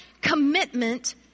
commitment